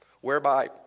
whereby